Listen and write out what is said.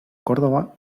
córdoba